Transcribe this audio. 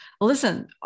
Listen